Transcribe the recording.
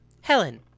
helen